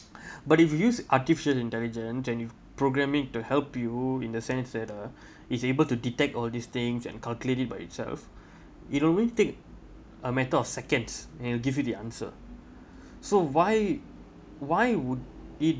but if you use artificial intelligence and with programming to help you in the sense that uh is able to detect all these things and calculated by itself it only take a matter of seconds and it'll give you the answer so why why would it